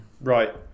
Right